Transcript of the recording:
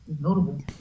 notable